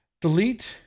delete